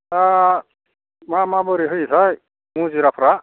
दा मा माबोरै होयोथाय मुजिराफोरा